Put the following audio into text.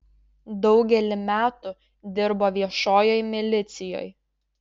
daugelį metų dirbo viešojoj milicijoj